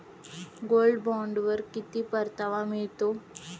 Gold बॉण्डवर किती परतावा मिळतो?